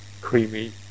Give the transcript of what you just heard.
creamy